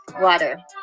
water